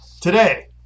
today